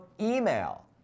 email